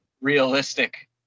realistic